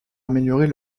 améliorer